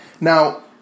Now